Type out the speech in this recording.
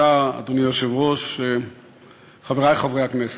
אדוני היושב-ראש, תודה, חברי חברי הכנסת,